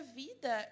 vida